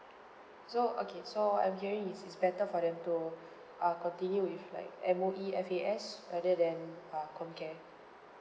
so okay so I'm hearing it is better for them to uh continue with like M_O_E F_A_S rather than uh comcare